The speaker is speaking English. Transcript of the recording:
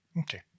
Okay